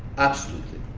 absolutely.